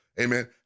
Amen